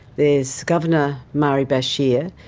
there's governor marie bashir,